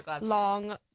long